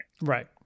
Right